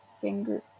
finger